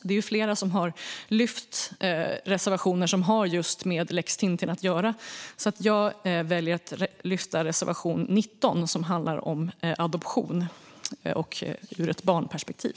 Det är ju flera som har yrkat bifall till reservationer som har med just lex Tintin att göra, så jag väljer att i stället yrka bifall till reservation 19, som handlar om adoption ur ett barnperspektiv.